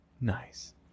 nice